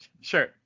sure